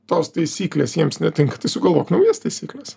tos taisyklės jiems netinka tai sugalvok naujas taisykles